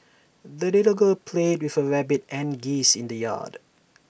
the little girl played with her rabbit and geese in the yard